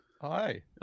Hi